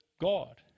God